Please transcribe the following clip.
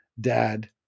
dad